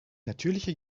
natürliche